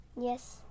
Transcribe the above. Yes